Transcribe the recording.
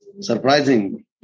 surprising